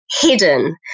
hidden